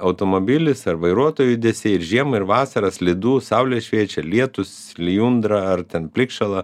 automobilis ar vairuotojo judesiai ir žiemą ir vasarą slidu saulė šviečia ir lietus lijundra ar ten plikšala